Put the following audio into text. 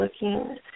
looking